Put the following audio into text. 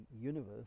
universe